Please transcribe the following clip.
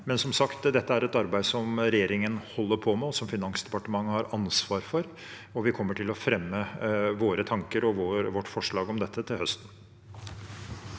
Dette er et arbeid som regjeringen holder på med, og som Finansdepartementet har ansvar for, og vi kommer til å fremme våre tanker og vårt forslag om dette til høsten.